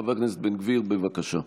חבר כנסת בן גביר, בבקשה.